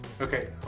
Okay